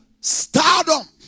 Stardom